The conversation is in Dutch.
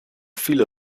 file